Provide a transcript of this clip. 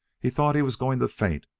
he thought he was going to faint,